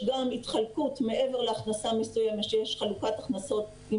יש גם התחלקות מעבר להכנסה מסוימת שיש חלוקת הכנסות עם